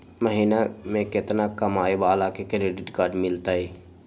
महीना में केतना कमाय वाला के क्रेडिट कार्ड मिलतै?